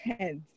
tense